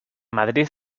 madrid